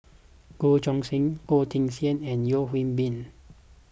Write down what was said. Goh Choo San Goh Teck Sian and Yeo Hwee Bin